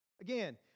Again